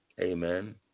Amen